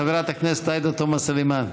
חברת הכנסת עאידה תומא סלימאן.